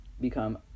become